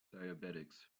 diabetics